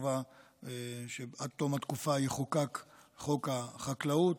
עד תום התקופה יחוקק חוק החקלאות.